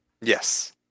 Yes